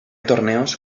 torneos